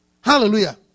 Hallelujah